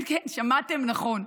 כן, כן, שמעתם נכון.